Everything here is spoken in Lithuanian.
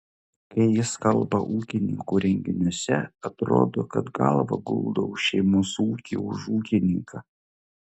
kai jis kalba ūkininkų renginiuose atrodo kad galvą guldo už šeimos ūkį už ūkininką